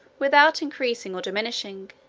without increasing or diminishing.